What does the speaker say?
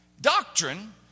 Doctrine